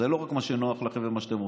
זה לא רק מה שנוח לכם ומה שאתם רוצים.